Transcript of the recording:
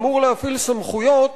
אמור להפעיל סמכויות